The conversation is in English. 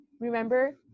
Remember